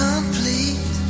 Complete